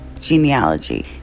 genealogy